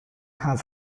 have